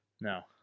No